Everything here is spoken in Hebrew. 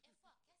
איפה הכסף?